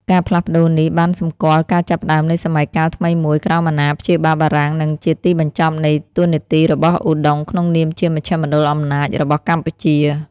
ការផ្លាស់ប្តូរនេះបានសម្គាល់ការចាប់ផ្តើមនៃសម័យកាលថ្មីមួយក្រោមអាណាព្យាបាលបារាំង និងជាទីបញ្ចប់នៃតួនាទីរបស់ឧដុង្គក្នុងនាមជាមជ្ឈមណ្ឌលអំណាចរបស់កម្ពុជា។